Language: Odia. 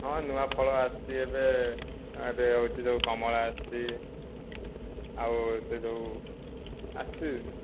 ହଁ ନୂଆ ଫଳ ଆସିଛି ଏବେ ଯେଉଁ ହେଉଛି କମଳା ଆସିଛି ଆଉ ସେ ଯେଉଁ ଆସିଛି